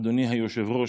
אדוני היושב-ראש,